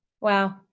Wow